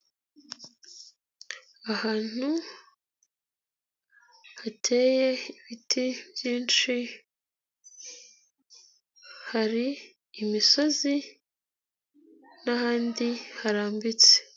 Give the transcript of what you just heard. Ahantu hateye ibiti byinshi hari imisozi n'ahandi harambitse.